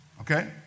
Okay